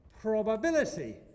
probability